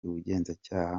ubugenzacyaha